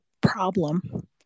problem